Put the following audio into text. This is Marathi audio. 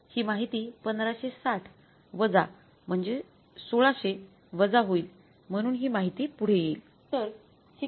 ही माहिती १५६० वजा म्हणजे १६०० वजा होईल म्हणून ही माहिती पुढे येईल